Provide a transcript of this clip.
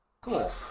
Cool